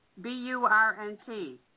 B-U-R-N-T